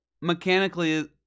mechanically